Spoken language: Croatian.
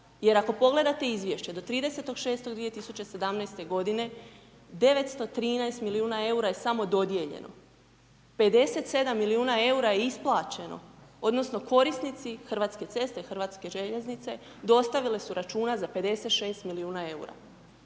jer ako pogledate Izvješće do 30.06.2017. godine, 913 milijuna EUR-a je samo dodijeljeno, 57 milijuna EUR-a je isplaćeno, odnosno korisnici Hrvatske ceste, Hrvatske željeznice, dostavile su računa za 56 milijuna EUR-a.